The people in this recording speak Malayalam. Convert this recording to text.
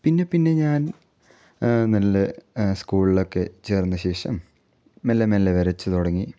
പിന്നെ പിന്നെ ഞാൻ നല്ല സ്കൂളിലൊക്കെ ചേർന്ന ശേഷം മെല്ലെ മെല്ലെ വരച്ച് തുടങ്ങി